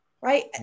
Right